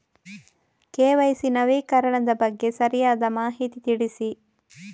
KYC ನವೀಕರಣದ ಬಗ್ಗೆ ಸರಿಯಾದ ಮಾಹಿತಿ ತಿಳಿಸಿ?